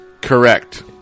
correct